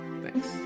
Thanks